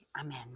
Amen